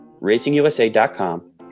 RacingUSA.com